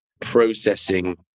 processing